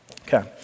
Okay